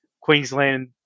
Queensland